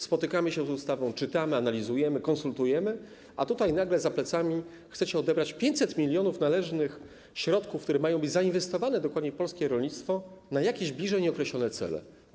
Spotykamy się w sprawie ustawy, czytamy, analizujemy, konsultujemy, a tutaj nagle za plecami chcecie odebrać 500 mln należnych środków, które mają być zainwestowane dokładnie w polskie rolnictwo, na jakieś bliżej nieokreślone cele.